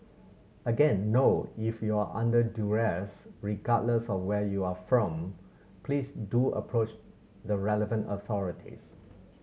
again no if you are under duress regardless of where you are from please do approach the relevant authorities